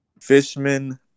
Fishman